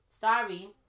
Sorry